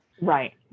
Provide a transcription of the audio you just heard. Right